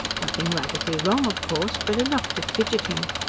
nothing radically wrong, of course, but enough to fidget him.